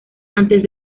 antes